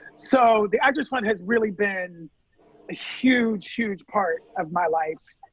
so the actors fund has really been a huge, huge part of my life.